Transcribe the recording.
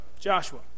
Joshua